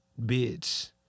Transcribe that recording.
Bitch